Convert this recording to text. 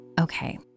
Okay